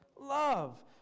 Love